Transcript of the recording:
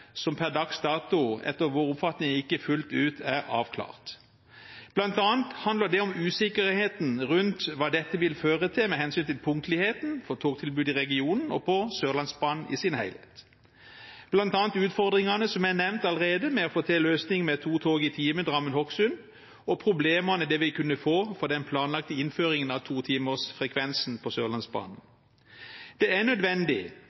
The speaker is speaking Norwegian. som per dags dato, etter vår oppfatning, ikke fullt ut er avklart. Blant annet handler det om usikkerheten om hva dette vil føre til når det gjelder punktligheten for togtilbudet i regionen og på Sørlandsbanen i sin helhet, med bl.a. utfordringene som allerede er nevnt, med å få til en løsning med to tog i timen mellom Drammen og Hokksund og problemene det vil kunne få for den planlagte innføringen av totimersfrekvensen på Sørlandsbanen. Det er nødvendig